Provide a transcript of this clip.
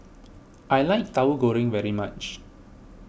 I like Tahu Goreng very much